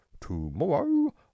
tomorrow